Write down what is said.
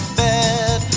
bed